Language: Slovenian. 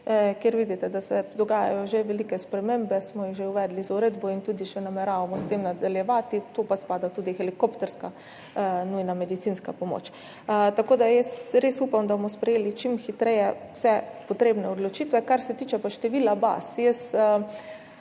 kjer vidite, da se dogajajo že velike spremembe, smo jih že uvedli z uredbo in tudi še nameravamo s tem nadaljevati, sem pa spada tudi helikopterska nujna medicinska pomoč. Tako da res upam, da bomo sprejeli čim hitreje vse potrebne odločitve. Kar se tiče pa števila baz,